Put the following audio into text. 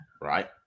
right